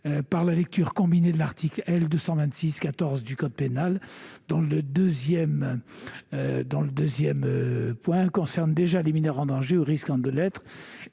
par la lecture combinée de l'article 226-14 du code pénal, dont le 2° concerne déjà les mineurs en danger ou risquant de l'être,